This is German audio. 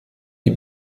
die